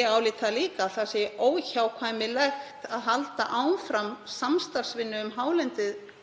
ég álít líka að það sé óhjákvæmilegt að halda áfram samstarfinu um hálendið,